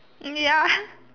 mm ya